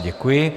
Děkuji.